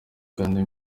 kandi